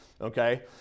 okay